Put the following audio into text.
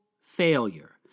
failure